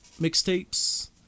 mixtapes